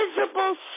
visible